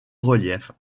relief